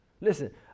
Listen